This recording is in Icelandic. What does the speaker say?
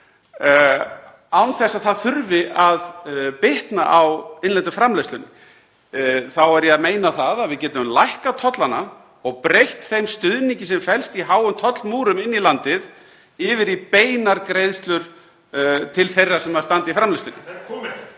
án þess að það þurfi að bitna á innlendu framleiðslunni. Þá er ég að meina að við getum lækkað tollana og breytt þeim stuðningi sem felst í háum tollmúrum inn í landið yfir í beinar greiðslur til þeirra sem standa í framleiðslunni.